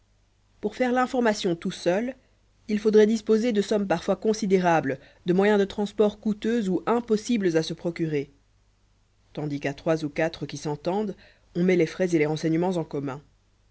pour faire l'information tout seul il faudrait disposer de sommes parfois considérables de moyens de transport coûteux où impossibles à se procurer tandis qu'à trois ou quatre qui s'entendent on met les frais et les renseignements en commun